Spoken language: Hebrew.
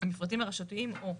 המפרטים הרשותיים או".